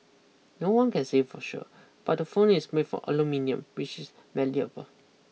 no one can say for sure but the phone is made for aluminium which is malleable